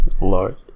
Lord